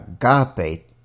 agape